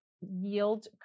yield